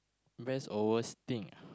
best or worst thing ah